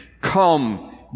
Come